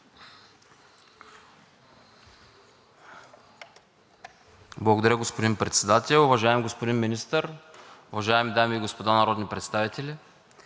Благодаря Ви, господин Председател. Уважаеми господин Министър, дами и господа народни представители!